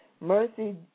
Mercy